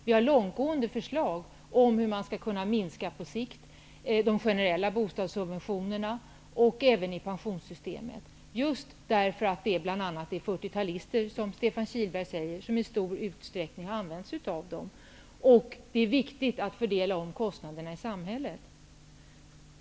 Vi har långtgående förslag om hur man på sikt skall kunna minska de generella bostads subventionerna och även i pensionssystemet, just därför att det bl.a. är vi fyrtiotalister -- som Stefan Kihlberg säger -- som i stor utsträckning har an vänt oss av detta. Det är viktigt att fördela om kostnaderna i samhället.